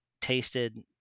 tasted